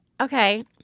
okay